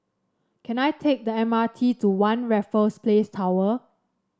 can I take the M R T to One Raffles Place Tower